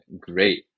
great